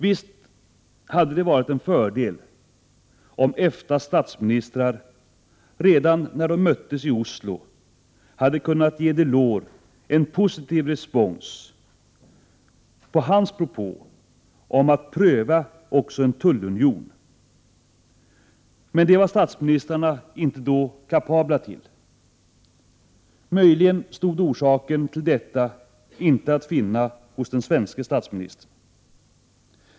Visst hade det varit en fördel om EFTA:s statsministrar redan när de möttes i Oslo hade kunnat ge Delors en positiv respons på hans propå om att pröva också en tullunion. Men det var statsministrarna inte kapabla till då. Möjligen stod orsaken till detta inte att finna hos den svenske statsministern.